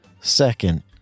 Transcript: second